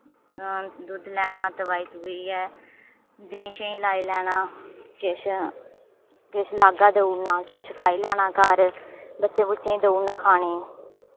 दुध्द लैना दबाई दबूइयै देहीं शेहीं लाई लैना किश किश लाग्गा देऊड़ना किश खाई लैना घर बच्चे बुच्चें देऊना खाने गी